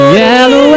yellow